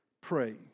pray